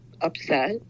upset